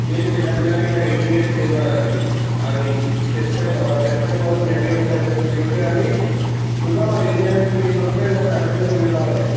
మీరు చిన్నపిల్లలు ఇంకా ఎయిటీన్ ఇయర్స్కి ఏం కాదండి అది చెస్ట్ పెయిన్ చెస్ట్ పెయిన్ కావచ్చు మేబి ఒకసారి మీరు క్లినిక్కి రండి చూద్దాము అది ఏం లేదు క్లినిక్ వస్తే దాని సంగతి ఏంటో చూద్దాము అండి